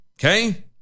Okay